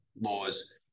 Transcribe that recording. laws